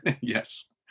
yes